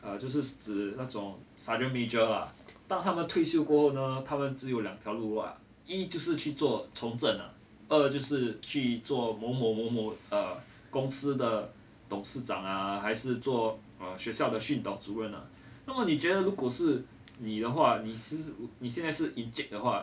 err 就是指那种 sergeant major 当他们退休过后呢他们只有两条路啊一就是去做从政啊二就是去做某某某某公司的董事长啊还是做学校的训导主任啊那么你觉得如果是你的话你你现在是 encik 的话